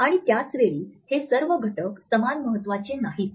आणि त्याच वेळी हे सर्व घटक समान महत्वाचे नाहीत